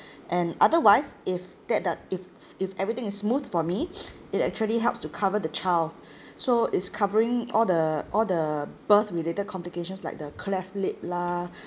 and otherwise if that does if if everything is smooth for me it actually helps to cover the child so it's covering all the all the birth related complications like the cleft lip lah